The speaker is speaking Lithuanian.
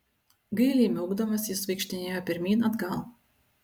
gailiai miaukdamas jis vaikštinėjo pirmyn atgal